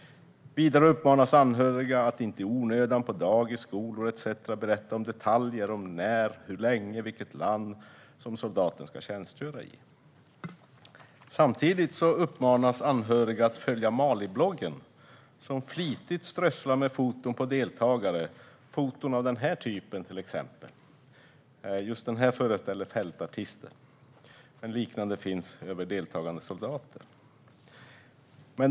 Vidare uppmanas anhöriga att inte i onödan på dagis, skolor etcetera berätta om detaljer om när och hur länge soldaten tjänstgör och vilket land det gäller. Samtidigt uppmanas anhöriga att följa Malibloggen, som flitigt strösslar med foton på deltagare. Det är foton av till exempel den typ jag visar här. Just detta foto föreställer fältartister. Det finns liknande foton av deltagande soldater.